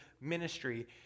ministry